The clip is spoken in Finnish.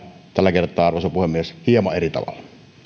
tällä kertaa arvoisa puhemies hieman eri tavalla